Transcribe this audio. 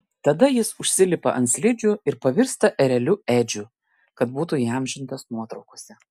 tada jis užsilipa ant slidžių ir pavirsta ereliu edžiu kad būtų įamžintas nuotraukose